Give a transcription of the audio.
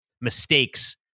mistakes